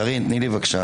קארין, תני לי בבקשה.